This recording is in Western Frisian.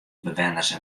bewenners